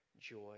joy